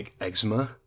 eczema